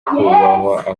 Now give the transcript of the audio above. kubahwa